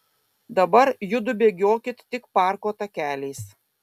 dabar judu bėgiokit tik parko takeliais